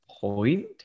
point